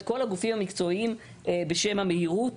את כל הגופים המקצועיים בשם המהירות.